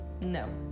no